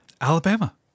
Alabama